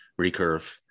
recurve